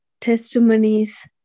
testimonies